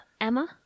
Emma